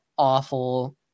awful